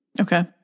Okay